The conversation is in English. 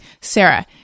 Sarah